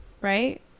right